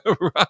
right